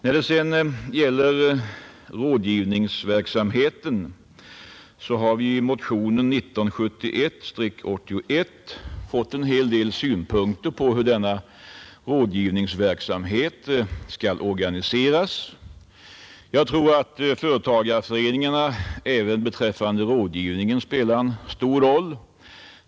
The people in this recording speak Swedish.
När det sedan gäller rådgivningsverksamheten, så har vi i motionen 81 år 1971 fått en hel del synpunkter på hur denna skall organiseras. Jag tror att företagareföreningarna även beträffande rådgivningen spelar en stor roll.